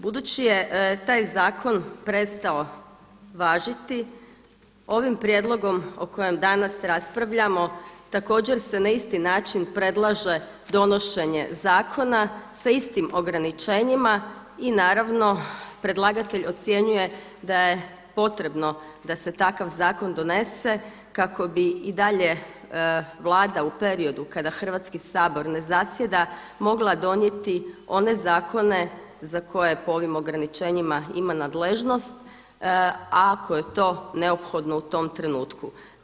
Budući je taj zakon prestao važiti ovim prijedlogom o kojem danas raspravljamo također se na isti način predlaže donošenje zakona sa istim ograničenjima i naravno predlagatelj ocjenjuje da je potrebno da se takav zakon donese kako bi i dalje Vlada u periodu kada Hrvatski sabor ne zasjeda mogla donijeti one zakone za koje po ovim ograničenjima ima nadležnost, a ako je to neophodno u tom trenutku.